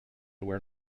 where